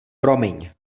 promiň